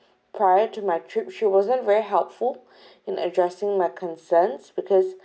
prior to my trip she wasn't very helpful in addressing my concerns because